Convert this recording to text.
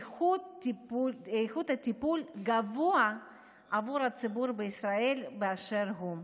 איכות טיפול גבוהה עבור הציבור בישראל באשר הוא,